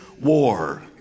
war